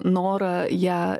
norą ją